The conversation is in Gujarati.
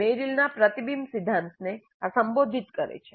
મેરિલના પ્રતિબિંબ સિદ્ધાંતને સંબોધિત કરે છે